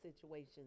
situations